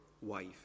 wife